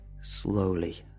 slowly